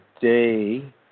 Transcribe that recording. day